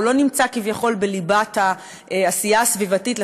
הוא לא נמצא כביכול בליבת העשייה הסביבתית,